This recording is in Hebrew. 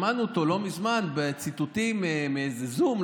שמענו אותו לא מזמן בציטוטים מאיזה זום,